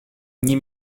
nie